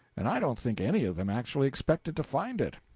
and i don't think any of them actually expected to find it,